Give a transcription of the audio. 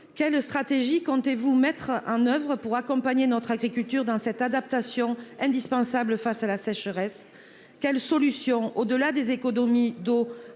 quelle stratégie comptez-vous mettre en oeuvre pour accompagner notre agriculture dans cette adaptation indispensable face à la sécheresse. Quelles solutions au delà des économies d'eau